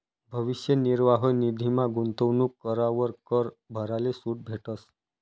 भविष्य निर्वाह निधीमा गूंतवणूक करावर कर भराले सूट भेटस